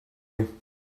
you